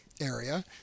area